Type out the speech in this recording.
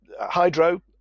hydro